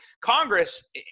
Congress